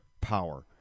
power